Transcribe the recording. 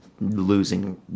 losing